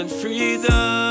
freedom